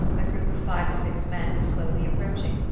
a group of five or six men were slowly approaching,